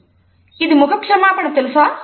" "ఇది ముఖ క్షమాపణ తెలుసా